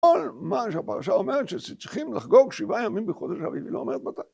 כל מה שהפרשה אומרת שצריכים לחגוג שבעה ימים בחודש הרביעי, היא לא אומרת מתי.